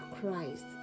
Christ